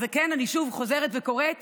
אז אני שוב חוזרת וקוראת